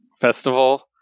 festival